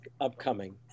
upcoming